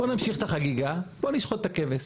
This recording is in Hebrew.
בואו נמשיך את החגיגה, בואו נשחט את הכבש.